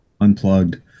Unplugged